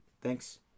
Thanks